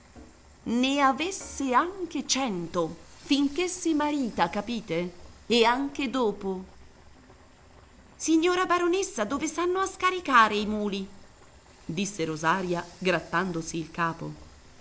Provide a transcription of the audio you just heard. ne avesse anche cento fin che si marita capite e anche dopo signora baronessa dove s'hanno a scaricare i muli disse rosaria grattandosi il capo